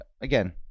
again